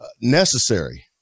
necessary